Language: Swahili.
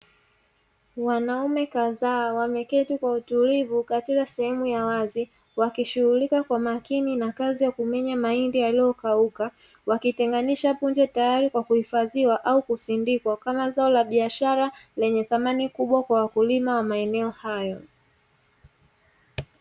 Wanaume kadhaa wameketi kwa utulivu katika sehemu ya wazi, wakishughulika kwa makini na kazi ya kumenya mahindi yaliyokauka, wakitengenisha punje tayari kwa kuhifadhiwa au kusindikwa kama zao la biashara; lenye thamani kubwa kwa wakulima wa maeneo hayo.